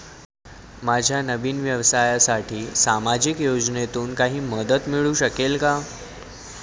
माझ्या नवीन व्यवसायासाठी सामाजिक योजनेतून काही मदत मिळू शकेल का?